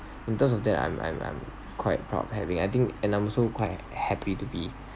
in terms of that I'm I'm I'm quite proud of having I think and I'm also quite happy to be